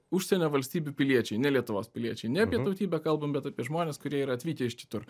užsienio valstybių piliečiai ne lietuvos piliečiai ne apie tautybę kalbam bet apie žmones kurie yra atvykę iš kitur